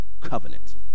covenant